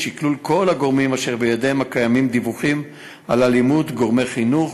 בשכלול כל הגורמים אשר בידיהם קיימים דיווחים על אלימות: גורמי חינוך,